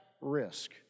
risk